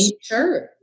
Sure